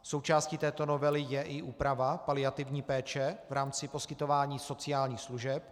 Součástí této novely je i úprava paliativní péče v rámci poskytování sociálních služeb.